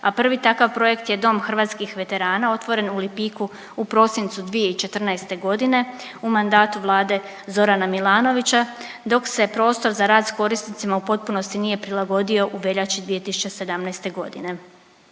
a prvi takav projekt je Dom hrvatskih veterana otvoren u Lipiku u prosincu 2014. godine u mandatu Vlade Zorana Milanovića dok se prostor za rad s korisnicima u potpunosti nije prilagodio u veljači 2017. godine.